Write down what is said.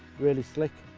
really slick.